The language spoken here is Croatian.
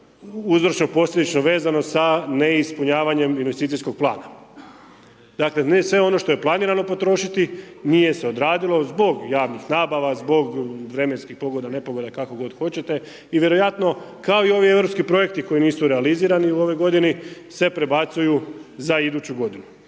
uzročno posljedično vezano sa neispunjavanjem investicijskog plana. Dakle, ne sve ono što je planirano potrošiti, nije se odradilo, zbog javnih nabava, zbog vremenski pogoda, nepogoda, kako god hoćete i vjerojatno kao i ovi europski projekti koji nisu realizirani u ovoj g. se prebacuju za iduću g.